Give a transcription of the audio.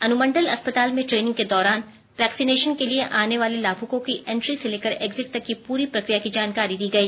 अनुमंडल अस्पताल में ट्रेनिंग के दौरान वैक्सीनेशन के लिए आने वाले लाभुकों की एंट्री से लेकर एग्जिट तक की पूरी प्रक्रिया की जानकारी दी गई